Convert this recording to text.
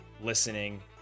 listening